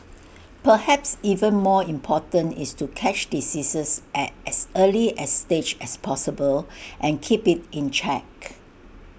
perhaps even more important is to catch diseases at as early A stage as possible and keep IT in check